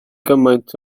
gymaint